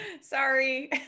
Sorry